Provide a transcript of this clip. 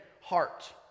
heart